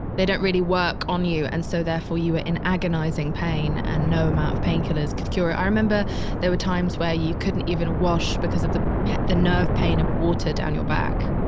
they don't really work on you. and so therefore, you were in agonizing pain and no amount of painkillers could cure, i remember there were times where you couldn't even wash because of the the nerve pain of water down your back